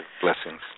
Blessings